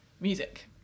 Music